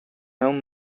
home